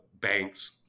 banks